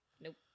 Nope